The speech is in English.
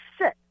sit